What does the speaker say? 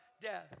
death